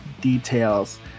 details